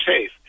safe